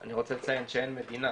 אני רוצה לציין שאין מדינה